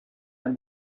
and